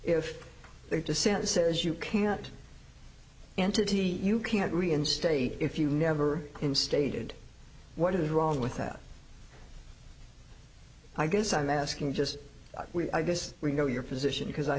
if their dissent says you can't entity you can't reinstate if you never stated what is wrong with that i guess i'm asking just we i guess we know your position because i